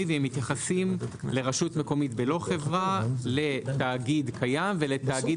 והם מתייחסים לרשות מקומית בלא חברה לתאגיד קיים ולתאגיד